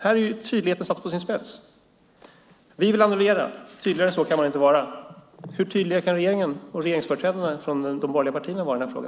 Här är tydligheten satt på sin spets. Vi vill annullera. Tydligare än så kan man inte vara. Hur tydliga kan regeringen och regeringens företrädare från de borgerliga partierna vara i denna fråga?